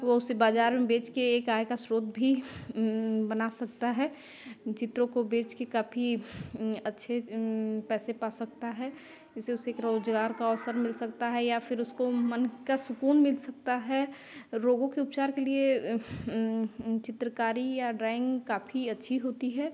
वह उसे बाज़ार में बेच कर एक आय का स्रोत भी बना सकता है चित्रों को बेच कर काफ़ी अच्छे पैसे पा सकता है जिससे उसे एक रोज़गार का अवसर मिल सकता है या फिर उसको मन का सुकून मिल सकता है रोगों के उपचार के लिए चित्रकारी या ड्राइंग काफ़ी अच्छी होती है